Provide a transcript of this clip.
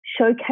showcase